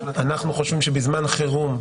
אנחנו חושבים שבזמן חירום,